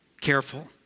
careful